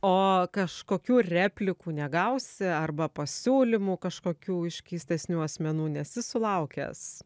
o kažkokių replikų negausi arba pasiūlymų kažkokių iš keistesnių asmenų nesi sulaukęs